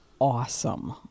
Awesome